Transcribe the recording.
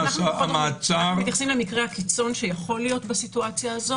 אנו מתייחסים למקרה הקיצון שיכול להיות במצב הזה,